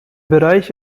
bereich